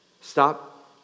Stop